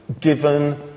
given